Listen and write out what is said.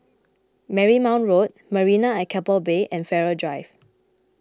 Marymount Road Marina at Keppel Bay and Farrer Drive